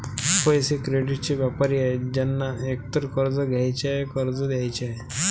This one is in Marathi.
पैसे, क्रेडिटचे व्यापारी आहेत ज्यांना एकतर कर्ज घ्यायचे आहे, कर्ज द्यायचे आहे